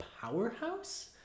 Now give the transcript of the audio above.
powerhouse